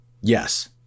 yes